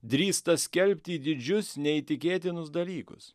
drįsta skelbti didžius neįtikėtinus dalykus